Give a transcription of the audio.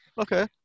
Okay